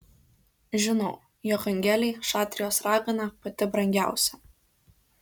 žinau jog angelei šatrijos ragana pati brangiausia